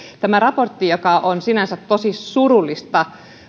tämä raportti joka on sinänsä tosi surullista